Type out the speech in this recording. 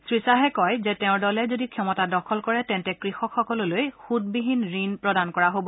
শ্ৰী শ্বাহে কয় যে তেওঁৰ দলে যদি ক্ষমতা দখল কৰে তেন্তে কৃষকসকললৈ সুতবিহীন ঋণ প্ৰদান কৰা হব